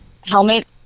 helmet